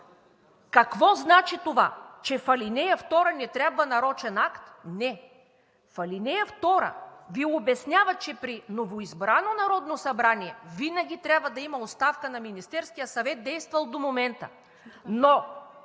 Какво значи това – че в ал. 2 не трябва нарочен акт. Не! Алинея 2 Ви обяснява, че при новоизбрано Народно събрание винаги трябва да има оставка на Министерския съвет, действал до момента.